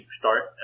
start